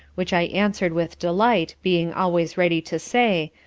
which i answer'd with delight, being always ready to say,